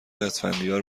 اسفندیار